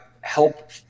help